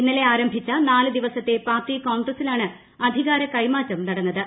ഇന്നലെ ആരംഭിച്ച നാല് ദിവസത്തെ പാർട്ടി കോൺഗ്രസിലാണ് അധികാര കൈമാറ്റം നടന്നത്